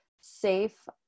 safe